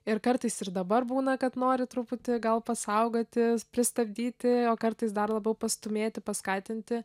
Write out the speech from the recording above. ir kartais ir dabar būna kad nori truputį gal pasaugoti pristabdyti o kartais dar labiau pastūmėti paskatinti